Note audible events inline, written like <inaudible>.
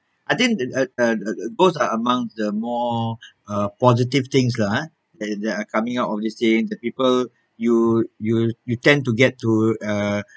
I didn't uh uh <noise> those are among the more uh positive things lah eh and that are coming out of this thing the people you you you tend to get to uh